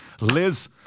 Liz